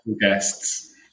guests